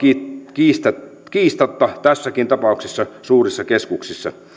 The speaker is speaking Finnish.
kiistatta kiistatta tässäkin tapauksessa suurissa keskuksissa